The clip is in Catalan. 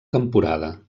temporada